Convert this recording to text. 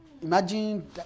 Imagine